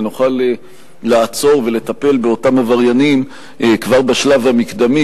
ונוכל לעצור ולטפל באותם עבריינים כבר בשלב המקדמי,